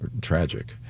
tragic